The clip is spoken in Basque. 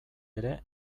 ere